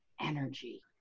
energy